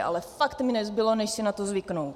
Ale fakt mi nezbylo než si na to zvyknout.